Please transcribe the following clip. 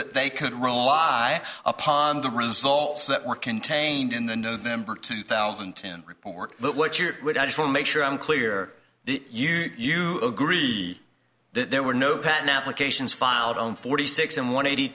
that they could rely upon the results that were contained in the november two thousand and ten report that what you would i just want to make sure i'm clear you agree there were no pattern applications filed on forty six and one eighty